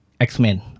x-men